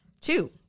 two